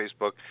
Facebook